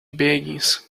begins